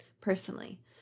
personally